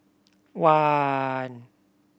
one